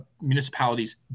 municipalities